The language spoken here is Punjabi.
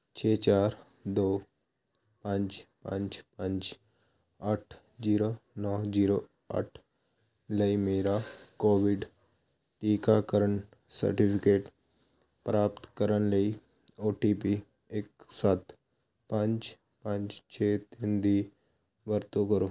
ਛੇ ਚਾਰ ਦੋ ਪੰਜ ਪੰਜ ਪੰਜ ਅੱਠ ਜੀਰੋ ਨੌਂ ਜੀਰੋ ਅੱਠ ਲਈ ਮੇਰਾ ਕੋਵਿਡ ਟੀਕਾਕਰਨ ਸਰਟੀਫਿਕੇਟ ਪ੍ਰਾਪਤ ਕਰਨ ਲਈ ਓ ਟੀ ਪੀ ਇੱਕ ਸੱਤ ਪੰਜ ਪੰਜ ਛੇ ਤਿੰਨ ਦੀ ਵਰਤੋਂ ਕਰੋ